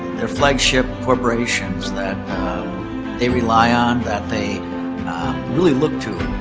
their flagship corporations that they rely on, that they really look to